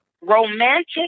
romantic